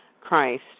Christ